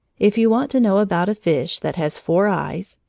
if you want to know about a fish that has four eyes,